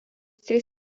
trys